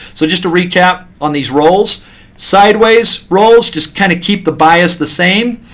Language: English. so just to recap on these rolls sideways rolls, just kind of keep the bias the same.